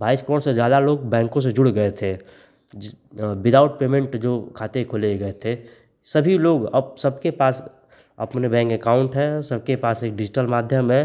बाईस करोड़ से ज़्यादा लोग बैंको से जुड़ गए थे अ विदाउट पेमेंट जो खाते खोले गए थे सभी लोग अब सबके पास अपने बैंक एकाउन्ट है और सबके पास एक डिजिटल माध्यम है